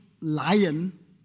lion